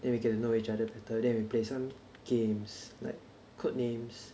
then we get to know each other better then we play some games like code names